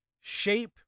shape